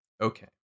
okay